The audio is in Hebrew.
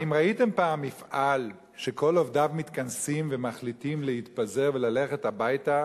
האם ראיתם פעם מפעל שכל עובדיו מתכנסים ומחליטים להתפזר וללכת הביתה,